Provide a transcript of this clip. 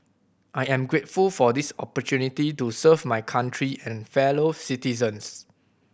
I am grateful for this opportunity to serve my country and fellow citizens